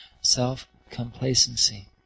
self-complacency